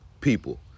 people